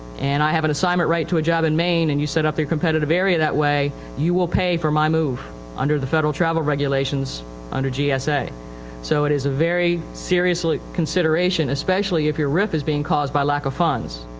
and i have assignment right to a job in maine and you setup your competitive area that way, you will pay for my move under the federal travel regulations under gsa. so it is a very seriously consideration, especially if your rif is being caused by lack of funds.